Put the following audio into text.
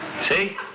See